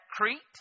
Crete